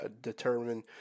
determine